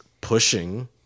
pushing